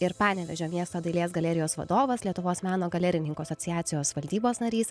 ir panevėžio miesto dailės galerijos vadovas lietuvos meno galerininkų asociacijos valdybos narys